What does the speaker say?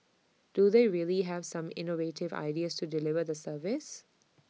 do they really have some innovative ideas to deliver the service